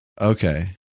Okay